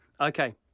Okay